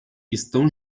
estão